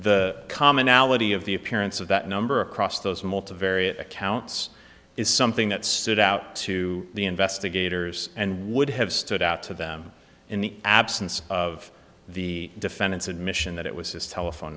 the commonality of the appearance of that number across those multivariate accounts is something that stood out to the investigators and would have stood out to them in the absence of the defendant's admission that it was his telephone